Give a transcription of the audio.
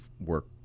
work